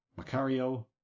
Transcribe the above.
Macario